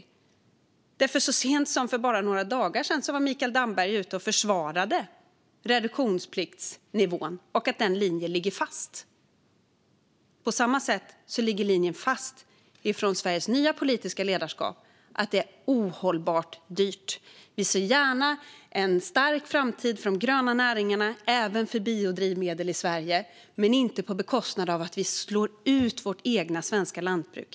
Så sent som för bara några dagar sedan var Mikael Damberg ute och försvarade reduktionspliktsnivån och sa att den linjen ligger fast. På samma sätt ligger linjen från Sveriges nya politiska ledarskap fast: Det är ohållbart dyrt. Vi ser gärna en stark framtid för de gröna näringarna och även för biodrivmedel i Sverige, men inte på bekostnad av att vi slår ut vårt svenska lantbruk.